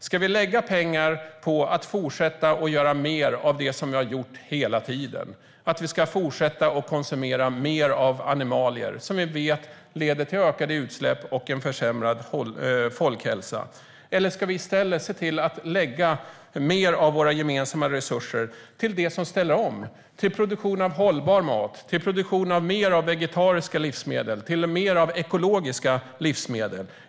Ska vi lägga pengar på att fortsätta och göra mer av det vi har gjort hela tiden, nämligen konsumera mer av animalier - vilket vi vet leder till ökade utsläpp och en försämrad folkhälsa? Eller ska vi i stället se till att lägga mer av våra gemensamma resurser på det som ställer om till produktion av hållbar mat, mer av vegetariska livsmedel och mer av ekologiska livsmedel?